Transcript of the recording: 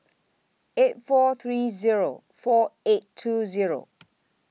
eight four three Zero four eight two Zero